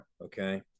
okay